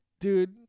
dude